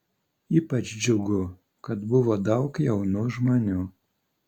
ypač džiugų kad buvo daug jaunų žmonių